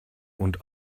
und